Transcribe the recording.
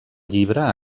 llibre